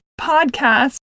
podcast